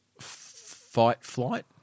fight-flight